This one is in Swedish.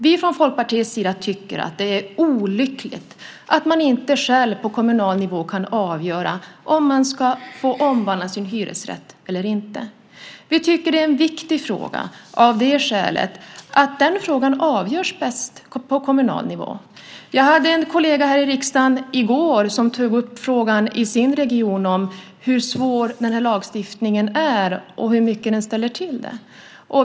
Vi från Folkpartiets sida tycker att det är olyckligt att man inte själv på kommunal nivå kan avgöra om man ska få omvandla sin hyresrätt eller inte. Vi tycker att det är en viktig fråga, av det skälet att den avgörs bäst på kommunal nivå. Jag har en kollega här i riksdagen som i går i sin region tog upp frågan om hur svår den här lagstiftningen är och hur mycket den ställer till med.